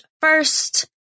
First